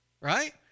right